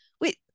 wait